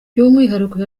by’umwihariko